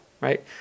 Right